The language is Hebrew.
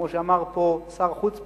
כמו שאמר פה שר חוץ פעם,